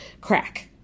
crack